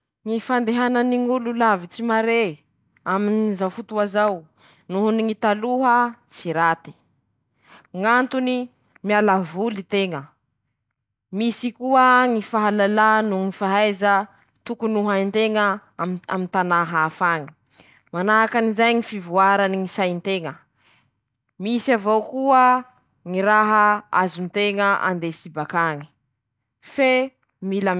Raha bevata aminy ñy fiaiñan-teña tokoa ñy fialan-teñakelikely aminy ñy tekinôlôjy, noho ñy fanampahan-teñañy fifandraisa aminy ñy tontolo nomeriky, ñ'antony: -Hialan-teña aminy ñy adin-tsay, manahaky anizay ñy fampianan-teña ñy adin-tsay noho ñy fialamboly ;fañasoavan-teña ñy fifandraisan-teña aminy ñ'olo manahaky an-teña ;manahaky anizay ñy fampihenan-teña ñy fahaverezany ñy fotoa aminy ñy fiaiñan-teña andavanandro ;fahaizan-teña mandanjalanja ñy fiaiña noho ñy tekinôlôjy.